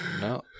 No